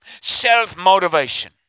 self-motivation